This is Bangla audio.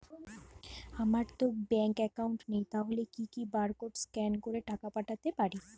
আমারতো ব্যাংক অ্যাকাউন্ট নেই তাহলে কি কি বারকোড স্ক্যান করে টাকা পাঠাতে পারি?